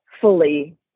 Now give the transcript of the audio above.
fully